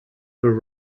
for